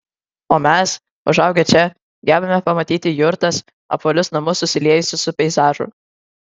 o mes užaugę čia gebame pamatyti jurtas apvalius namus susiliejusius su peizažu